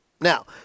Now